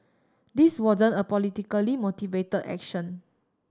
this wasn't a politically motivate action